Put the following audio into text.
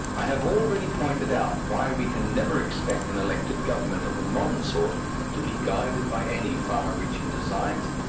i have already pointed out why we can never expect an elected government of the modern sort to be guided by any far-reaching designs,